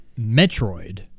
Metroid